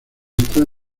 esta